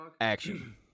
action